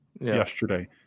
yesterday